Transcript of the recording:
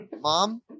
mom